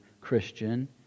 Christian